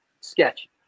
sketchy